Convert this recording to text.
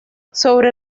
sobre